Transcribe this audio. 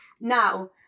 now